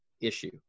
issue